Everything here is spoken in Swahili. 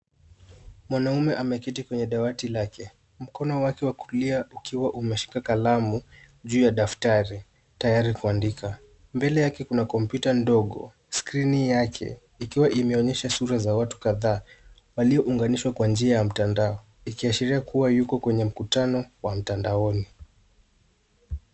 Mwanaume ameketi kwenye dawati lake mkono wake wa kulia ukiwa umeshika kalamu juu ya daftari tayari kuandika. Mbele yake kuna kompyuta ndogo skrini yake ikiwa imeonyesha sura za watu kadhaa waliounganishwa kwa njia ya mtandao ikiwa sheria kuwa yuko kwenye mkutano wa mtandaoni.